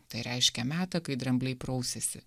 tai reiškia metą kai drambliai prausiasi